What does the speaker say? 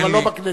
אבל לא בכנסת,